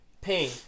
Pain